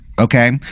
okay